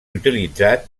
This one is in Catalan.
utilitzat